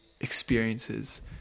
experiences